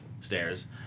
stairs